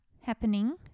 happening